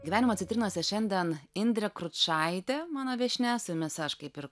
gyvenimo citrinose šiandien indrė kručaitė mano viešnia su jumis aš kaip ir